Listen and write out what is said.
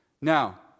Now